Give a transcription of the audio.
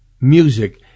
music